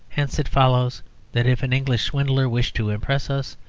hence it follows that if an english swindler wished to impress us,